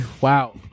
Wow